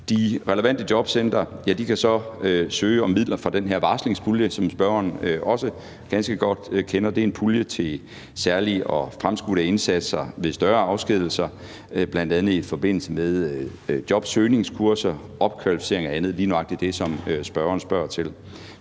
De relevante jobcentre kan så søge om midler fra den her varslingspulje, som spørgeren også ganske godt kender. Det er en pulje til særlige og fremskudte indsatser ved større afskedigelser, bl.a. i forbindelse med jobsøgningskurser, opkvalificering og andet – lige nøjagtig det, som spørgeren spørger til.